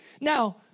Now